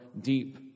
deep